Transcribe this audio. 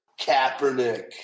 Kaepernick